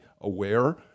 aware